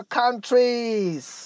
countries